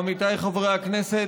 עמיתיי חברי הכנסת,